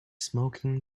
smoking